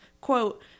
quote